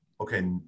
okay